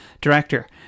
director